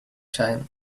time